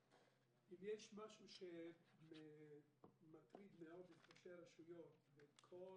אם יש משהו שמטריד מאוד את ראשי הרשויות ואת כל